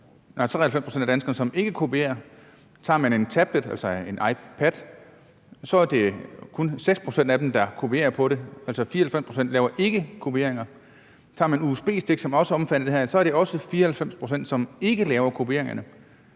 93 pct. af danskerne, som ikke kopierer. Tager man en tablet, altså en iPad, er det kun 6 pct., der kopierer på den, altså 94 pct. laver ikke kopieringer. Tager man usb-stik, som også er omfattet af det her, er det også 94 pct., som ikke laver kopieringer.